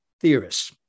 theorists